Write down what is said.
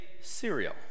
cereal